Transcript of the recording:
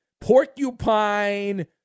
porcupine